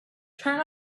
turn